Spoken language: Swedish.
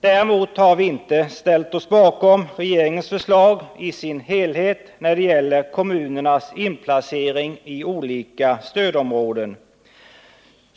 Däremot har vi inte ställt oss bakom regeringens förslag i dess helhet när det gäller kommunernas inplacering i olika stödområden.